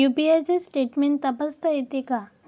UPI चे statement तपासता येते का?